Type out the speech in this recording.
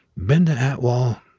binda atwal,